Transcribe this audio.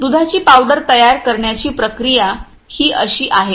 दुधाची पावडर तयार करण्याची प्रक्रिया ही अशी आहे